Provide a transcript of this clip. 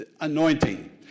anointing